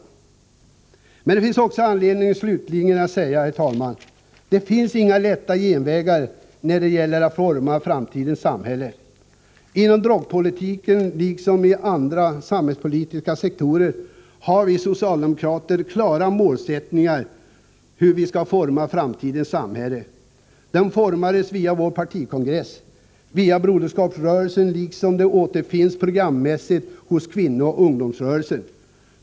Slutligen, herr talman, finns det också anledning att säga att det inte finns några lätta genvägar när det gäller att forma framtidens samhälle. Inom drogpolitiken, liksom när det gäller andra samhällspolitiska frågor, har vi socialdemokrater klara målsättningar för hur vi skall forma framtidens samhälle. De har utformats vid vår partikongress och inom broderskapsrörelsen. De återfinns programmässigt inom kvinnooch ungdomsrörelsen.